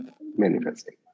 Manifesting